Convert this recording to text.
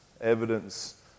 Evidence